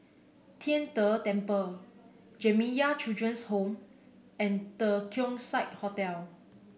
Tian De Temple Jamiyah Children's Home and The Keong Saik Hotel